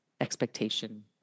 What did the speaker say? expectation